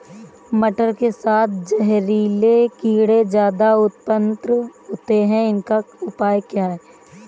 मटर के साथ जहरीले कीड़े ज्यादा उत्पन्न होते हैं इनका उपाय क्या है?